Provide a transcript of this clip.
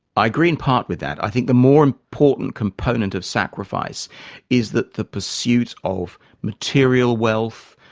i agree in part with that. i think the more important component of sacrifice is that the pursuit of material wealth,